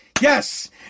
Yes